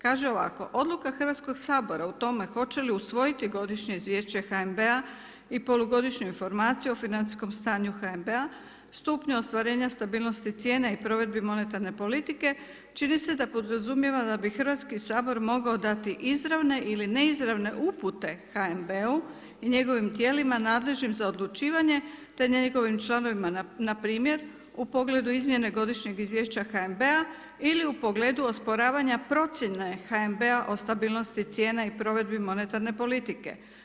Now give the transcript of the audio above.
Kaže ovako, odluka Hrvatskog sabora o tome hoće li usvojiti godišnje izvješće HNB-a i polugodišnje informaciju o financijskom stanju HNB-a, stupnju ostvarenja stabilnosti cijena i provedbi monetarne politike, čini se da podrazumijeva da bi Hrvatski sabor mogao dati izravne ili neizravne upute HNB-u i njegovim tijelima nadležnim za odlučivanje, te njegovim članovima, npr. u pogledu izmijene godišnjeg izvješća HNB-a ili u pogledu osporavanja procjene HNB-a o stabilnosti cijene i provedbi monetarne politike.